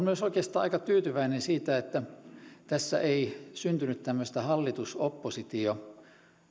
myös oikeastaan aika tyytyväinen siitä että tässä ei syntynyt tämmöistä hallitus oppositio